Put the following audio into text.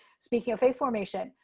speaking of faith formation,